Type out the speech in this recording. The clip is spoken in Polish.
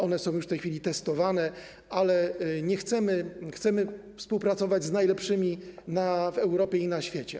One są już w tej chwili testowane, ale chcemy współpracować z najlepszymi w Europie i na świecie.